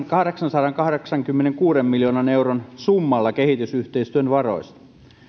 kahdeksansadankahdeksankymmenenkuuden miljoonan euron summalla kehitysyhteistyön varoista